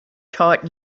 taught